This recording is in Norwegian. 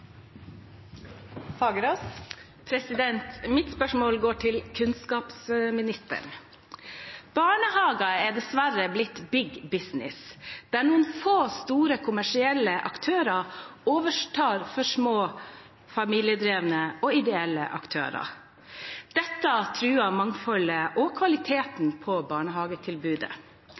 Mitt spørsmål går til kunnskapsministeren. Barnehager er dessverre blitt big business, der noen få store kommersielle aktører overtar for små familiedrevne og ideelle aktører. Dette truer mangfoldet og kvaliteten på barnehagetilbudet.